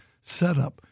setup